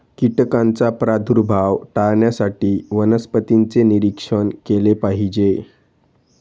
कीटकांचा प्रादुर्भाव टाळण्यासाठी वनस्पतींचे निरीक्षण केले पाहिजे